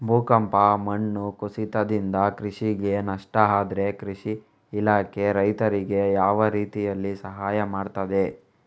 ಭೂಕಂಪ, ಮಣ್ಣು ಕುಸಿತದಿಂದ ಕೃಷಿಗೆ ನಷ್ಟ ಆದ್ರೆ ಕೃಷಿ ಇಲಾಖೆ ರೈತರಿಗೆ ಯಾವ ರೀತಿಯಲ್ಲಿ ಸಹಾಯ ಮಾಡ್ತದೆ?